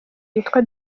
yitwa